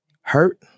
hurt